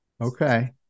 Okay